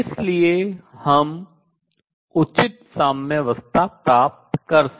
और इसलिए हम उचित साम्यावस्था प्राप्त कर सकते हैं